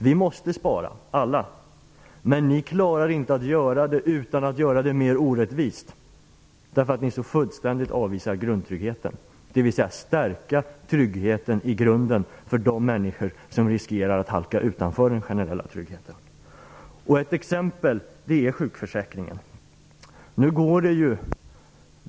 Vi måste alla spara, men ni klarar det inte utan att göra förhållandena mer orättvisa, eftersom ni så fullständigt avvisar grundtryggheten, som innebär att man i grunden stärker tryggheten för de människor som riskerar att halka ut från den generella tryggheten. Ett exempel på detta är sjukförsäkringen.